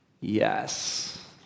Yes